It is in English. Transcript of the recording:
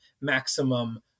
maximum